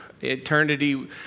eternity